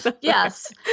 Yes